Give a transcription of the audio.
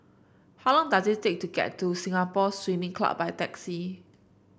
how long does it take to get to Singapore Swimming Club by taxi